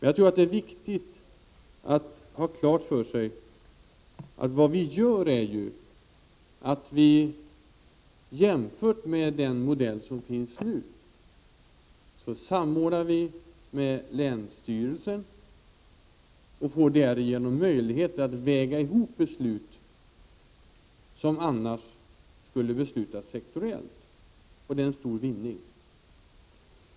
Jag tror att det är viktigt att man har klart för sig att vi i jämförelse med den modell som finns nu kommer att samordna med länsstyrelsen och därigenom får möjlighet att väga ihop beslut som annars skulle ha beslutats inom sektorer. Det är en stor vinning.